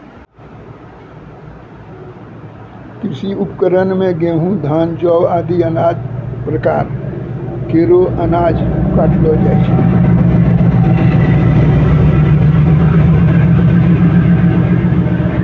कृषि उपकरण सें गेंहू, धान, जौ आदि प्रकार केरो अनाज काटलो जाय छै